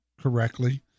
correctly